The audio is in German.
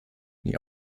nie